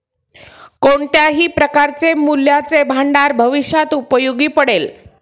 कोणत्याही प्रकारचे मूल्याचे भांडार भविष्यात उपयोगी पडेल